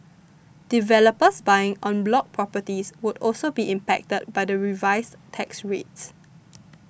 developers buying en bloc properties would also be impacted by the revised tax rates